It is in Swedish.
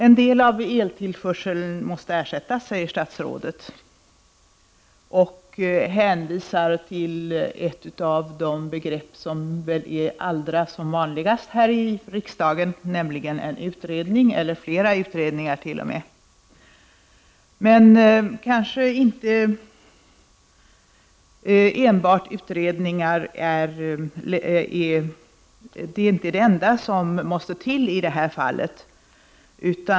En del av eltillförseln måste ersättas, säger statsrådet, och hänvisar till ett av de begrepp som väl är allra vanligast här i riksdagen, nämligen en utredning eller t.o.m. flera. Men utredningar är inte det enda som måste till i det här fallet.